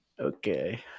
Okay